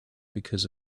because